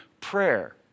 prayer